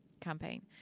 campaign